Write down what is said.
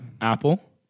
Apple